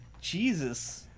Jesus